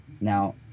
Now